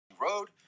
Road